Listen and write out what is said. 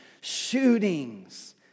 shootings